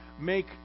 make